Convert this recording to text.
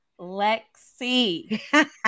Lexi